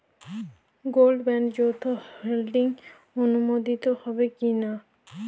Gold বন্ডে যৌথ holding অনুমোদিত হবে কিনা?